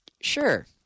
Sure